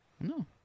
No